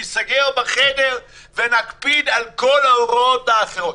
ניסגר בחדר ונקפיד על כל ההוראות האחרות?